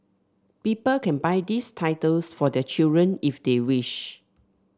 people can buy these titles for their children if they wish